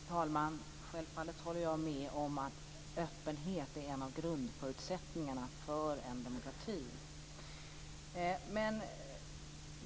Fru talman! Självfallet håller jag med om att öppenhet är en av grundförutsättningarna för en demokrati. Jag kommer att i